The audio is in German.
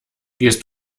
gehst